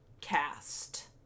cast